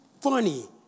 funny